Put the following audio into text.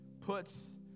puts